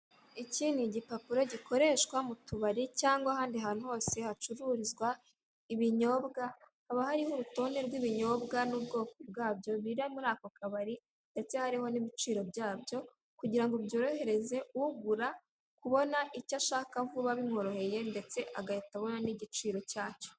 Iki ni igipapuro gikoreshwa mu tubari cyangwa ahandi hantu hose hacururizwa ibinyobwa, haba hariho urutonde rw'ibinyobwa bwabyo biri muri ako kabari ndetse hariho n'ibiciro byabyo kugira ngo byorohereze ugura kubona icyo ashaka vuba bimworoheye ndetse agahita abona n'igiciro cyacyo.